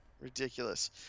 ridiculous